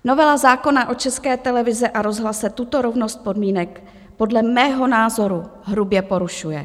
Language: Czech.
Novela zákona o České televizi a rozhlase tuto rovnost podmínek podle mého názoru hrubě porušuje.